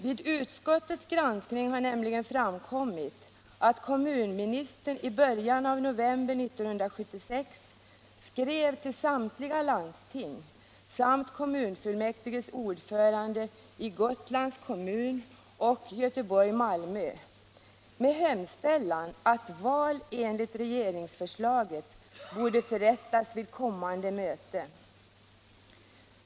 Vid utskottets granskning har nämligen framkommit att kommunministern i början av november 1976 skrev till samtliga landsting samt kommunfullmäktiges ordförande i Gotlands, Göteborgs och Malmö kommuner med hemställan att val enligt regeringsförslaget skulle förrättas vid kommande möte.